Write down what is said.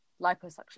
liposuction